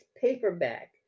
paperback